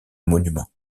monument